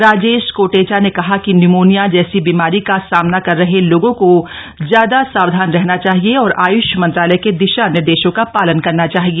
राजेश कोटेचा ने कहा कि न्यूमोनिया जैसी बीमारी का सामना कर रहे लोगों को ज्यादा सावधान रहना चाहिए और आयुष मंत्रालय के दिशा निर्देशों का पालन करना चाहिए